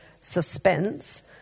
suspense